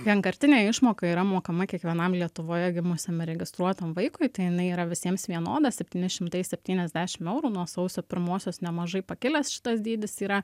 vienkartinė išmoka yra mokama kiekvienam lietuvoje gimusiam įregistruotam vaikui tai jinai yra visiems vienoda septyni šimtai septyniasdešimt eurų nuo sausio pirmosios nemažai pakilęs šitas dydis yra